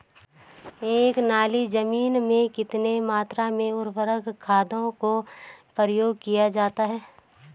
एक नाली जमीन में कितनी मात्रा में उर्वरक खादों का प्रयोग किया जाता है?